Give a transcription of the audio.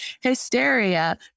hysteria